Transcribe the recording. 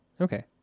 okay